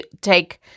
take